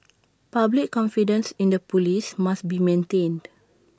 public confidence in the Police must be maintained